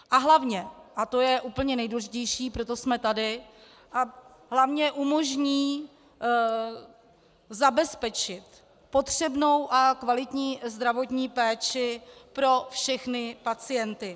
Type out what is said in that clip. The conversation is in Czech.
A hlavně, a to je úplně nejdůležitější, proto jsme tady, hlavně umožní zabezpečit potřebnou a kvalitní zdravotní péči pro všechny pacienty.